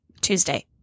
Tuesday